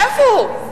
איפה הוא?